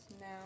now